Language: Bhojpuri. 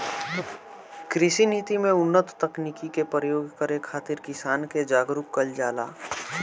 कृषि नीति में उन्नत तकनीकी के प्रयोग करे खातिर किसान के जागरूक कईल जाला